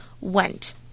went